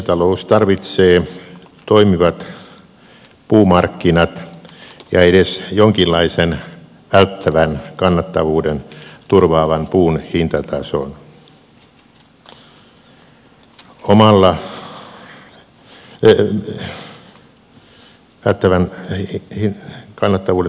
metsätalous tarvitsee toimivat puumarkkinat ja edes jonkinlaisen välttävän kannattavuuden turvaavan puun hintatason